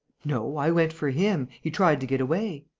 no, i went for him. he tried to get away.